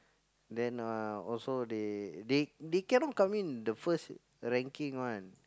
then uh also they they they cannot come in the first ranking one